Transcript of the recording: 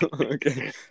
okay